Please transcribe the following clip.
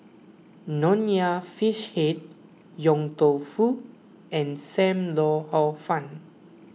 Nonya Fish Head Yong Tau Foo and Sam Lau Hor Fun